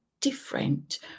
different